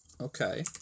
Okay